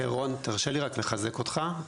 רון, תרשה לי רק לחזק אותך.